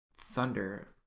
Thunder